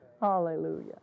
Hallelujah